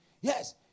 Yes